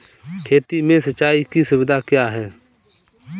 खेती में सिंचाई की सुविधा क्या है?